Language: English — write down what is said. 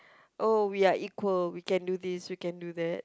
oh we are equal we can do this we can do that